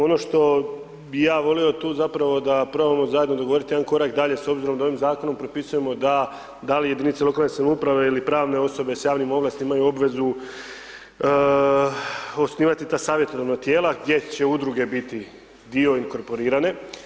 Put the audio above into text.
Ono što bi ja volio tu zapravo da probamo zajedno dogovoriti korak dalje s obzirom da ovim zakonom propisujemo da da li jedinice lokalne samouprave ili pravne osobe s javnim ovlastima imaju obvezu osnivati ta savjetodavna tijela gdje će udruge biti dio inkorporirane.